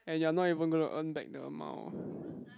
and you're not even going to earn back the amount